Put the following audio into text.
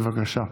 בבקשה.